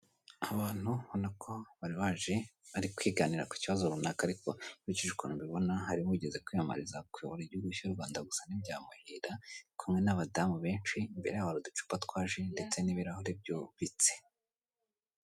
Abantu ubona ko bari baje bari kwiganirira ku kibazo runaka ariko nkurikije ukuntu mbibona, hari uwigeze kwiyamamariza kuyobora igihugu cy'u Rwanda gusa ntibyamuhira. Ari kumwe n'abadamu benshi, imbere yabo hari uducupa twa ji ndetse n'ibirahure byubitse.